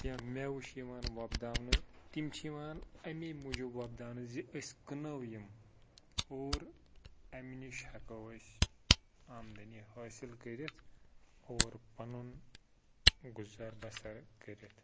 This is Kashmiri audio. کیٚنٛہہ مٮ۪وٕ چھِ یِوان وۄپداونہٕ تِم چھِ یِوان اَمی موٗجوٗب وۄپداونہٕ زِ أسۍ کٕنو یِم اور اَمہِ نِش ہٮ۪کو أسۍ آمدٔنی حٲصِل کٔرِتھ اور پَنُن گُزَر بَسَر کٔرِتھ